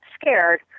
scared